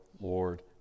Lord